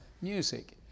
music